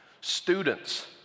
Students